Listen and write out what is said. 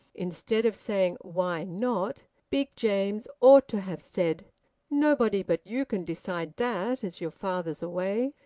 instead of saying, why not? big james ought to have said nobody but you can decide that, as your father's away.